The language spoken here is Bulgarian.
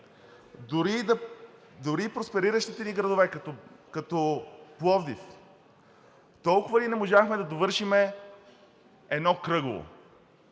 Дори в проспериращите ни градове, като Пловдив, толкова ли не можахме да довършим едно кръгово?